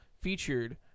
featured